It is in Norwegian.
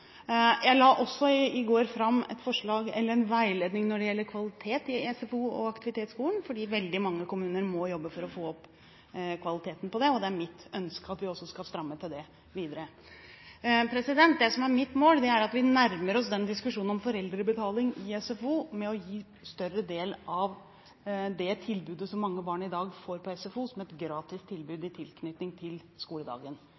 Jeg la i går fram en veiledning når det gjelder kvalitet i SFO og aktivitetsskolen, for veldig mange kommuner må jobbe for å få opp kvaliteten, og det er mitt ønske at vi skal stramme til det videre. Det som er mitt mål – og vi nærmer oss den diskusjonen om foreldrebetaling i SFO – er å gi en større del av det tilbudet som mange barn i dag får på SFO, som et gratis tilbud i tilknytning til skoledagen.